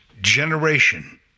generation